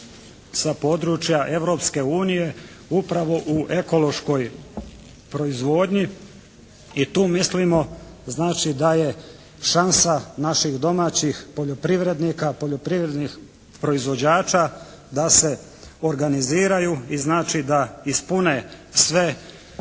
sa područja Europske unije upravo u ekološkoj proizvodnji i tu mislimo znači da je šansa naših domaćih poljoprivrednika, poljoprivrednih proizvođača da se organiziraju i znači da ispune sve